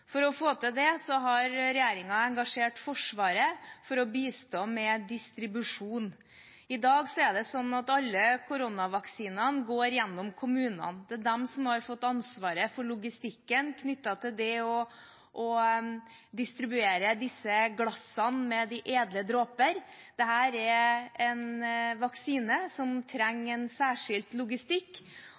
For å få til det har regjeringen engasjert Forsvaret til å bistå med distribusjon. I dag er det sånn at alle koronavaksinene går gjennom kommunene. Det er de som har fått ansvaret for logistikken knyttet til det å distribuere disse glassene med de edle dråper. Dette er en vaksine som trenger en særskilt logistikk,